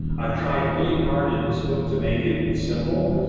i've tried really hard in this book to make it simple,